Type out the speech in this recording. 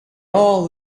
all